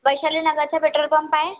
वैशाली नगरचा petrol pump आहे